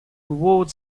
reward